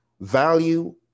Value